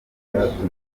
byatumye